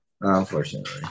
Unfortunately